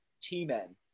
T-Men